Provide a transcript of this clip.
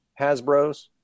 Hasbros